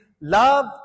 love